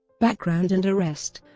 background and arrest